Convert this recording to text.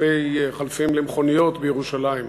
חלפים למכוניות בירושלים.